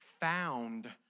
found